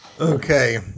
Okay